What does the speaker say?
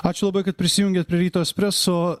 ačiū labai kad prisijungėt prie ryto espreso